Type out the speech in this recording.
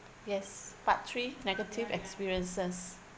yes part three negative experiences